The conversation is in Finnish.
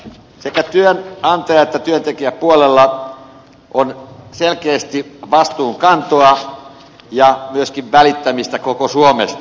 sekä työnantaja että työntekijäpuolella on selkeästi vastuunkantoa ja myöskin välittämistä koko suomesta